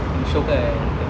syok kan